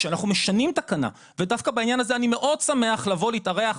כשאנחנו משנים תקנה ודווקא בעניין הזה אני מאוד שמח לבוא להתארח,